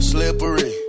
Slippery